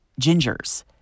gingers